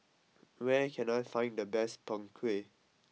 where can I find the best Png Kueh